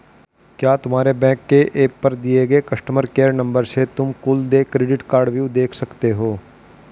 क्या तुम्हारे बैंक के एप पर दिए गए कस्टमर केयर नंबर से तुम कुल देय क्रेडिट कार्डव्यू देख सकते हो?